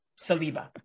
Saliba